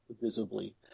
visibly